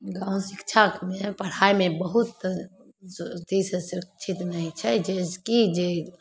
गाम शिक्षामे पढ़ाइमे बहुत चीजसे सुरक्षित नहि छै जे कि जे